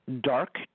Dark